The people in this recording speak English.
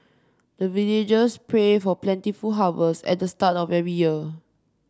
the villagers pray for plentiful harvest at the start of every year